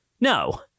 No